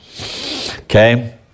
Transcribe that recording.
Okay